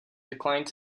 declined